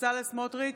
בצלאל סמוטריץ'